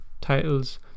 titles